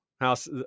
House